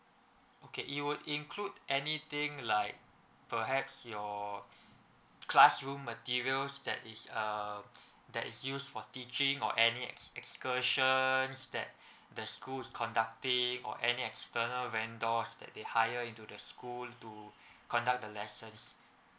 okay it will include anything like perhaps your classroom materials that is uh that is use for teaching or any ex~ excursions that the school is conducting or an external vendors that they hire into the school to conduct the lessons